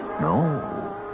No